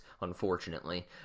unfortunately